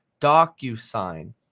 DocuSign